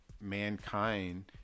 mankind